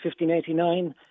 1589